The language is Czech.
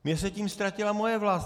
Mně se tím ztratila moje vlast.